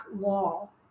wall